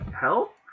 help